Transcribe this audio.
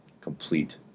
complete